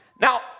Now